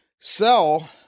sell